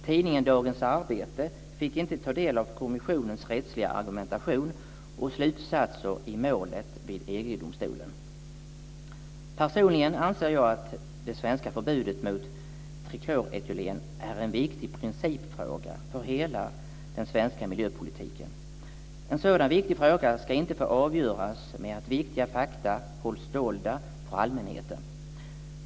Tidningen Dagens Arbete fick inte ta del av kommissionens rättsliga argumentation och slutsatser i målet vid EG Personligen anser jag att det svenska förbudet mot trikloretylen är en viktig principfråga för hela den svenska miljöpolitiken. En sådan viktig fråga ska inte få avgöras med att viktiga fakta hålls dolda för allmänheten.